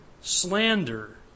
slander